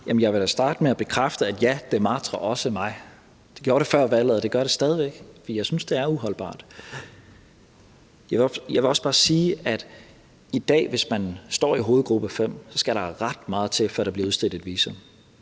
jeg vil da starte med at bekræfte, at ja, det martrer også mig. Det gjorde det før valget, og det gør det stadig væk, for jeg synes, det er uholdbart. Jeg vil også bare sige, at i dag skal der, hvis man står i hovedgruppe 5, ret meget til, før der bliver udstedt et visum